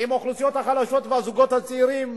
עם האוכלוסיות החלשות והזוגות הצעירים,